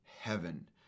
heaven